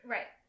Right